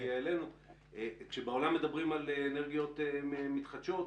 שאומר שכשבעולם מדברים על אנרגיות מתחדשות,